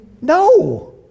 no